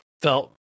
felt